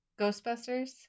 Ghostbusters